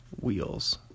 wheels